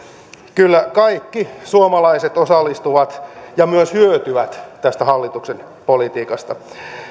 kyllä kaikki suomalaiset osallistuvat ja myös hyötyvät tästä hallituksen politiikasta